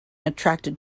attracted